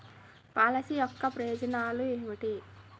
Policy యొక్క ప్రయోజనాలు ఏమిటి?